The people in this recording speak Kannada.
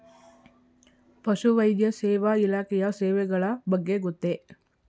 ಪಶುವೈದ್ಯ ಸೇವಾ ಇಲಾಖೆಯ ಸೇವೆಗಳ ಬಗ್ಗೆ ಗೊತ್ತೇ?